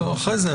אחרי זה.